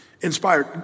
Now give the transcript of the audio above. Inspired